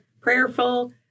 prayerful